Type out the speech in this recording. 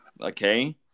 okay